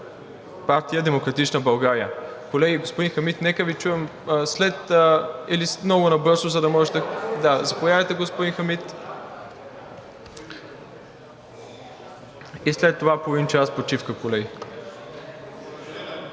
партия „Демократична България“. Колеги, господин Хамид, нека Ви чуем след... или много набързо. Да, заповядайте, господин Хамид, и след това половин час почивка, колеги.